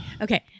Okay